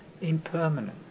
impermanent